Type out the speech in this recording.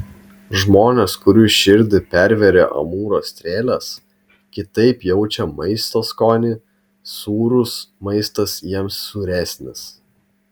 žmonės kurių širdį pervėrė amūro strėlės kitaip jaučią maisto skonį sūrus maistas jiems sūresnis